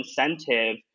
incentive